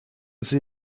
sie